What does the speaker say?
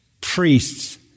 priests